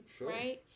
right